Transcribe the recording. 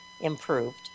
improved